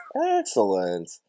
Excellent